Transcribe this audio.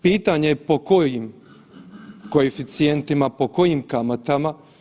Pitanje po kojim koeficijentima, po kojim kamatama.